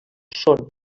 són